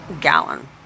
gallon